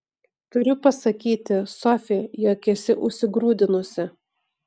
turiu pasakyti sofi jog esi užsigrūdinusi